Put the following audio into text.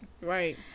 Right